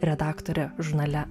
redaktorė žurnale